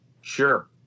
sure